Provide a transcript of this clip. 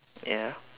ya